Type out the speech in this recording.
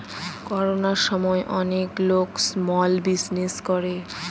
করোনার সময় অনেক লোক স্মল বিজনেস করে